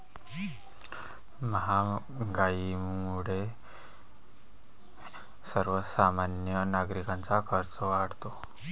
महागाईमुळे सर्वसामान्य नागरिकांचा खर्च वाढतो